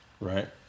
Right